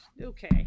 okay